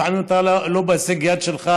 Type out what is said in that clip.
לפעמים זה לא בהישג יד שלך,